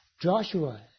Joshua